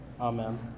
Amen